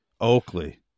Oakley